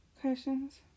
Questions